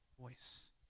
voice